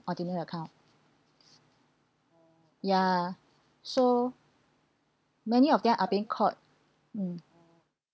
ordinary account ya so many of them are being caught mm